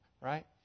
right